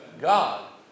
God